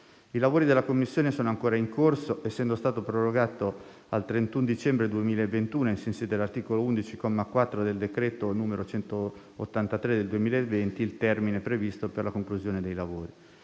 I lavori della commissione sono ancora in corso, essendo stato prorogato al 31 dicembre 2021 - ai sensi dell'articolo 11, comma 4, del decreto-legge n. 183 del 2020 - il termine previsto per la conclusione dei lavori.